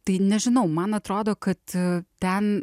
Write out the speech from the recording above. tai nežinau man atrodo kad ten